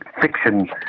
fiction